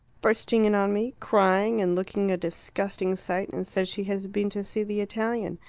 bursting in on me crying and looking a disgusting sight and says she has been to see the italian.